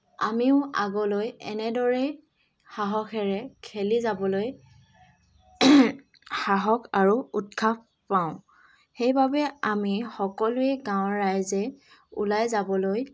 আমিও আগলৈ এনেদৰেই সাহসেৰে খেলি যাবলৈ সাহস আৰু উৎসাহ পাওঁ সেইবাবে আমি সকলোৱে গাঁৱৰ ৰাইজে ওলাই যাবলৈ